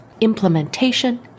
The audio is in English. implementation